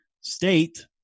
state